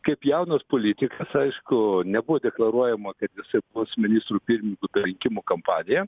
kaip jaunas politikas aišku nebuvo deklaruojama kad jisai bus ministru pirminyku per rinkimų kampaniją